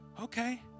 Okay